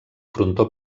frontó